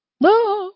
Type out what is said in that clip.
No